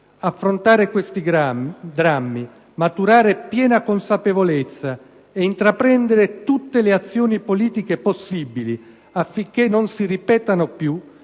Affrontare questi drammi, maturare piena consapevolezza e intraprendere tutte le azioni politiche possibili affinché non si ripetano più,